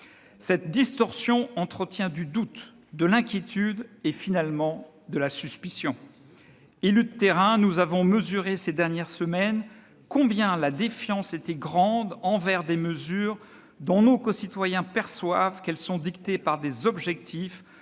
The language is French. Cette distorsion entretient du doute, de l'inquiétude et, finalement, de la suspicion. Élus de terrain, nous avons mesuré, ces dernières semaines, combien la défiance était grande envers des mesures dont nos concitoyens perçoivent qu'elles sont dictées par des objectifs